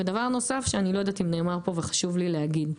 ודבר נוסף שאני לא יודעת אם נאמר פה וחשוב לי להגיד,